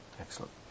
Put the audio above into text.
Excellent